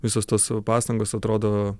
visos tos pastangos atrodo